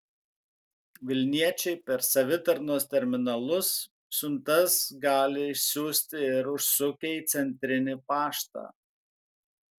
vilniečiai per savitarnos terminalus siuntas gali išsiųsti ir užsukę į centrinį paštą